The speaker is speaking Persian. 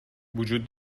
وجود